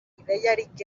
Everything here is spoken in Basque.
ideiarik